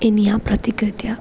એની આ પ્રતિક્રીયા